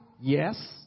Yes